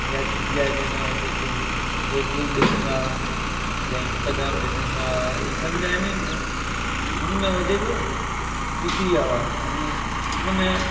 या या जंहिंजा कुझु फेसबुक ॾिसंदा या इंस्टाग्राम ॾिसंदा ई सम्झ आहिनि न उन में वधीक घुसी विया हुआ याने उन में